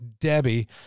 Debbie